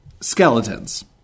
Skeletons